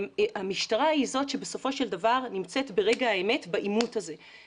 המשטרה היא זאת שבסופו של דבר נמצאת ברגע האמת בעימות הזה.